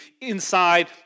inside